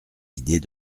idées